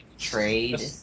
Trade